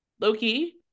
loki